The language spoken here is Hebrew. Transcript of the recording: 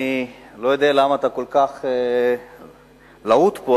אני לא יודע למה אתה היית כל כך להוט פה.